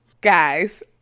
guys